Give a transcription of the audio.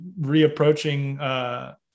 reapproaching